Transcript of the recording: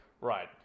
right